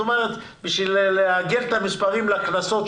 כלומר, בשביל לעגל את המספרים, זה